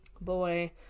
boy